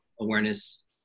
awareness